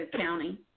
county